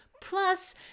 plus